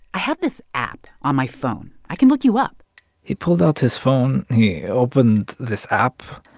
i have this app on my phone. i can look you up he pulled out his phone. he opened this app.